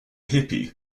hippie